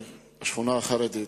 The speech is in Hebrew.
השכונה החרדית?